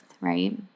right